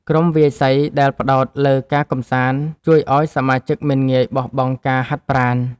ក្រុមវាយសីដែលផ្ដោតលើការកម្សាន្ត ជួយឱ្យសមាជិកមិនងាយបោះបង់ការហាត់ប្រាណ។